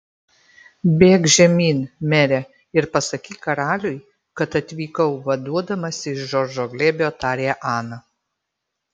bėk žemyn mere ir pasakyk karaliui kad atvykau vaduodamasi iš džordžo glėbio tarė ana